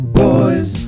boys